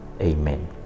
Amen